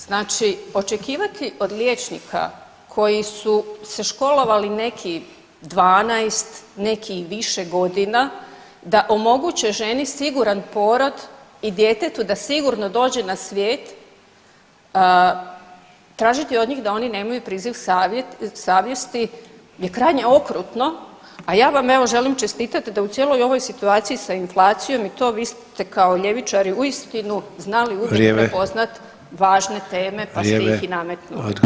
Znači očekivati od liječnika koji su se školovali neki 12, neki i više godina da omoguće ženi siguran porod i djetetu da sigurno dođe na svijet, tražiti od njih da oni nemaju priziv savjesti je krajnje okrutno, a ja vam evo želim čestitati da u cijeloj ovoj situaciji sa inflacijom i to vi ste kao ljevičari uistinu znali uvijek [[Upadica: Vrijeme.]] prepoznat važne teme [[Upadica: Vrijeme.]] pa ste ih i nametnuli.